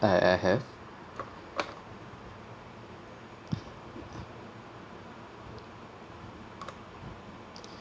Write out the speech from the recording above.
uh I have